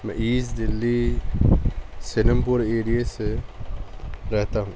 میں east Delhi Seelampur ایریے سے رہتا ہوں